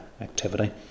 activity